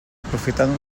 aprofitant